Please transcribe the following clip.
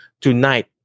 tonight